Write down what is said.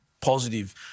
positive